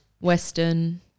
Western